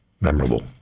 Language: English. memorable